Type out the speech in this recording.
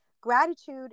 gratitude